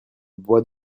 bois